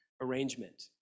arrangement